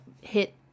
hit